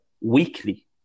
weekly